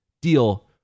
deal